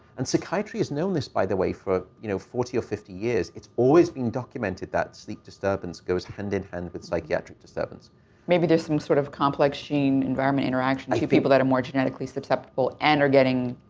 and psychiatry has known this, by the way, for, you know, forty or fifty years. it's always been documented that sleep disturbance goes hand-in-hand with psychiatric disturbance. rhonda maybe there's some sort of complex gene environment interaction. a few people that are more genetically susceptible and are getting.